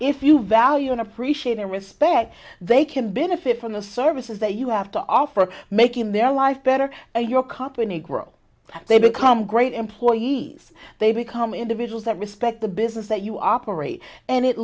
if you value and appreciate and respect they can benefit from the services that you have to offer making their life better and your company grow they become great employees they become individuals that respect the business that you operate and it